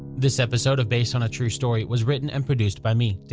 this episode of based on a true story was written and produced by me,